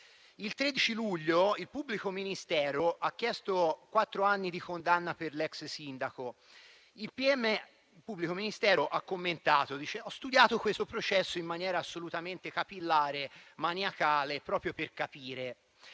Il 13 luglio il pubblico ministero ha chiesto quattro anni di condanna per l'ex sindaco, il pm ha commentato dicendo di aver studiato quel processo in maniera assolutamente capillare e maniacale proprio per capire.